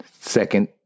Second